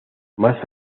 más